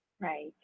Right